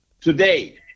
today